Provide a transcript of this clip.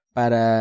para